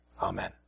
Amen